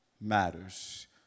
matters